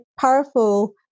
powerful